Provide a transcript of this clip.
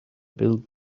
build